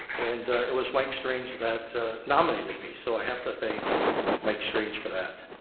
and it was mike strange that nominated me. so i have to thank mike strange for that.